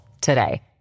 today